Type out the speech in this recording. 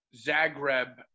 Zagreb